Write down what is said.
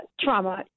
trauma